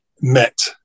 met